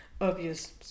obvious